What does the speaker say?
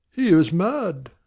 he is mad!